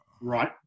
Right